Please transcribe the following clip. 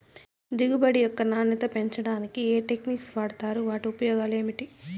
దిగుబడి యొక్క నాణ్యత పెంచడానికి ఏ టెక్నిక్స్ వాడుతారు వాటి ఉపయోగాలు ఏమిటి?